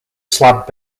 slab